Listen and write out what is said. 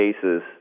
cases